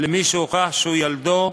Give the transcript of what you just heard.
למי שהוכח שהוא ילדו,